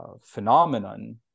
phenomenon